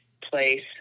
place